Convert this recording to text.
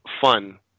fun